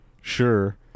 sure